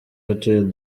hotel